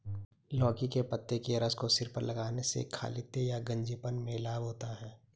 लौकी के पत्ते के रस को सिर पर लगाने से खालित्य या गंजेपन में लाभ होता है